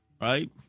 right